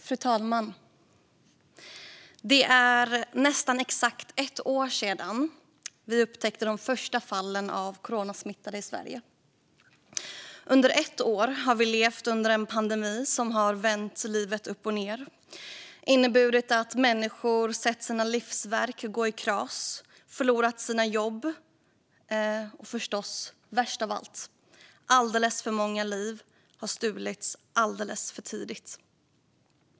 Fru talman! Det är nästan exakt ett år sedan vi upptäckte de första fallen av coronasmittade i Sverige. Under ett år har vi levt under en pandemi som har vänt livet upp och ned och inneburit att människor sett sina livsverk gå i kras och förlorat sina jobb. Och, förstås, värst av allt: Alldeles för många liv har stulits alldeles för tidigt.